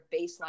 baseline